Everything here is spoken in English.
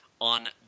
on